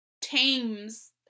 tames